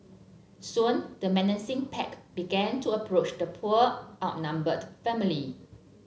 soon the menacing pack began to approach the poor outnumbered family